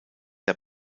der